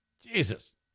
Jesus